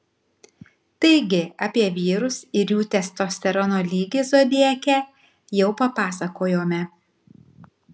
taigi apie vyrus ir jų testosterono lygį zodiake jau papasakojome